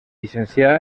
llicencià